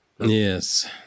yes